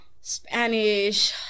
Spanish